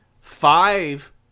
five